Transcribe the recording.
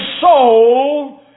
soul